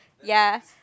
ya